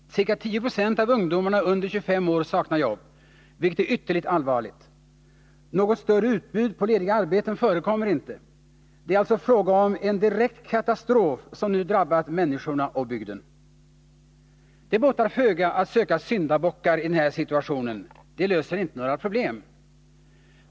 Ca 10 96 av ungdomarna under 25 år saknar jobb, vilket är ytterligt allvarligt. Något större utbud på lediga arbeten förekommer inte. Det är alltså fråga om en direkt katastrof, som nu drabbat människorna och bygden. Det båtar föga att söka syndabockar i den här situationen — det löser inte några problem.